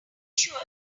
sure